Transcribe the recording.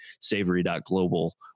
savory.global